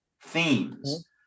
themes